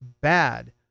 bad